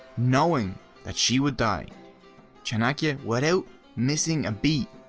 knowing that she would die chanakya without missing a beat,